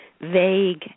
vague